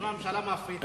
אם הממשלה מפריטה,